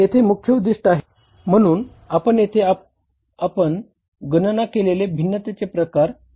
येथे हे मुख्य उद्दीष्ट आहे म्हणून आपण येथे गणना केलेले भिन्नतेचे दोन प्रकार आहेत